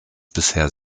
bisher